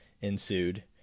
ensued